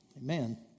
Amen